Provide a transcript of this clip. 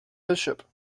bishop